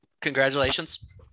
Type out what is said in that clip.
Congratulations